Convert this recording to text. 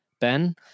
Ben